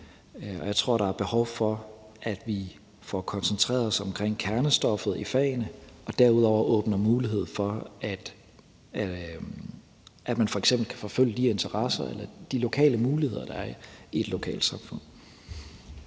jeg tror, der er behov for, at vi får koncentreret os om kernestoffet i fagene og derudover åbner mulighed for, at man f.eks. kan forfølge de interesser eller de lokale muligheder, der er i et lokalsamfund.